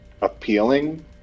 appealing